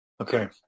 Okay